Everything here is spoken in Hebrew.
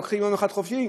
לוקחים יום אחד חופשי,